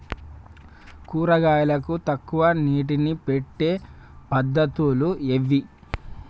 కూరగాయలకు తక్కువ నీటిని పెట్టే పద్దతులు ఏవి?